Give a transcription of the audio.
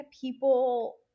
people